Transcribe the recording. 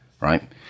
right